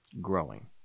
growing